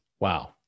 Wow